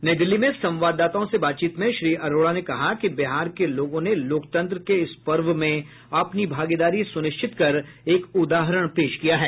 नई दिल्ली में संवाददाताओं से बातचीत में श्री अरोड़ा ने कहा कि बिहार के लोगों ने लोकतंत्र के इस पर्व में अपनी भागीदारी सुनिश्चित कर एक उदाहरण पेश किया है